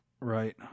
right